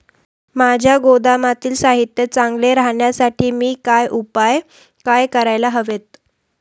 माझ्या गोदामातील साहित्य चांगले राहण्यासाठी मी काय उपाय काय करायला हवेत?